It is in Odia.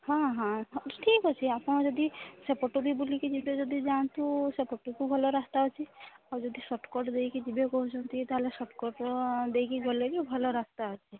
ହଁ ହଁ ଠିକ୍ ଅଛି ଆପଣ ଯଦି ସେପଟୁ ବି ବୁଲିକି ଯିବେ ଯଦି ଯାଆନ୍ତୁ ସେପଟୁକୁ ଭଲ ରାସ୍ତା ଅଛି ଆଉ ଯଦି ସର୍ଟ କଟ୍ ଦେଇକି ଯିବେ କହୁଛନ୍ତି ତା'ହେଲେ ସର୍ଟ କଟ୍ ଦେଇକି ଗଲେ ବି ଭଲ ରାସ୍ତା ଅଛି